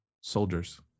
soldiers